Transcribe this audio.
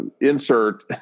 insert